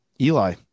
eli